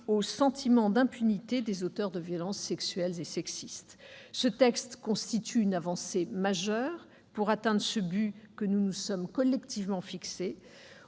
au sentiment d'impunité des auteurs de violences sexuelles et sexistes. Ce texte constitue une avancée majeure pour atteindre ce but que nous nous sommes collectivement fixé.